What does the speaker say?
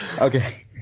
Okay